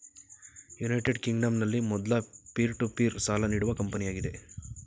United ಕಿಂಗ್ಡಂನಲ್ಲಿ ಮೊದ್ಲ peer to peer ಸಾಲ ನೀಡುವ ಕಂಪನಿಯಾಗಿದೆ